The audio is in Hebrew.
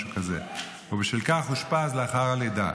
משהו כזה, ובשל כך אושפזו לאחר הלידה,